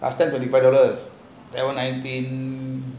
last time five dollar that one I think